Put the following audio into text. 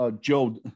Joe